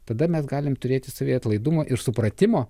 tada mes galim turėti savyje atlaidumo ir supratimo